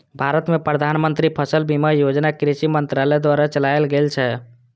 भारत मे प्रधानमंत्री फसल बीमा योजना कृषि मंत्रालय द्वारा चलाएल गेल छै